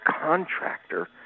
contractor